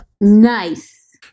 Nice